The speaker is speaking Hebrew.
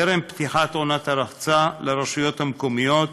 טרם פתיחת עונת הרחצה, לרשויות המקומיות,